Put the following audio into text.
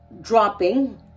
dropping